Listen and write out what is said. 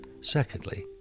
Secondly